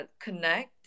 connect